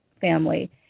Family